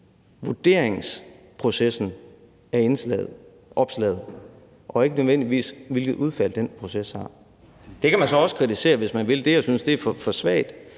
vurderingsprocessen af opslaget og ikke nødvendigvis, hvilket udfald den proces har. Det kan man så også kritisere, hvis man vil det, og man